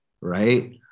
right